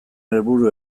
helburu